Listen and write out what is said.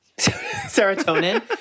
Serotonin